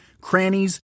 crannies